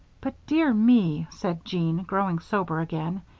but, dear me, said jean, growing sober again,